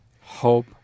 hope